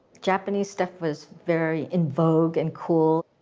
japanese stuff was very in vogue and cool,